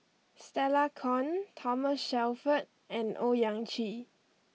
Stella Kon Thomas Shelford and Owyang Chi